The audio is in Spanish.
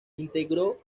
integró